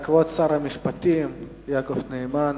כבוד שר המשפטים יעקב נאמן.